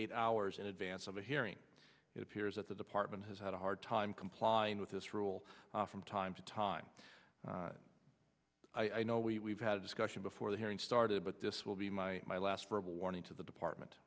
eight hours in advance of a hearing it appears that the department has had a hard time complying with this rule from time to time i know we we've had a discussion before the hearing started but this will be my last for a warning to the department